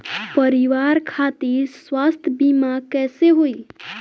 परिवार खातिर स्वास्थ्य बीमा कैसे होई?